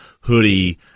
hoodie